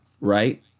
right